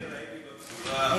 הייתי בפזורה,